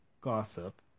gossip